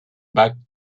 bac